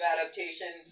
Adaptation